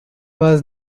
was